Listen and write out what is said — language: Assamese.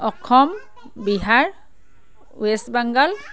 Assam Bihar West Bengal